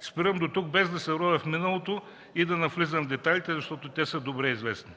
Спирам дотук, без да се ровя в миналото и да навлизам в детайлите, защото те са добре известни.